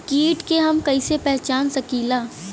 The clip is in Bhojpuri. कीट के हम कईसे पहचान सकीला